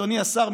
אדוני השר,